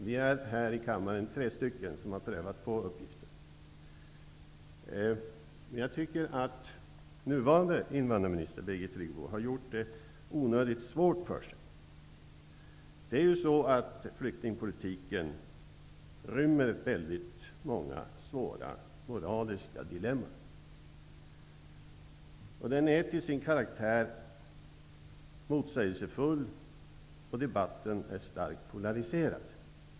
Vi är här i kammaren tre stycken som har prövat på uppgiften. Jag tycker att den nuvarande invandrarministern, Birgit Friggebo, har gjort det onödigt svårt för sig. Flyktingpolitiken rymmer ju många svåra moraliska dilemman. Den är till sin karaktär motsägelsefull, och debatten är starkt polariserad.